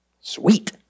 sweet